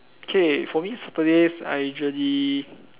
okay for me Saturdays I actually